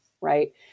right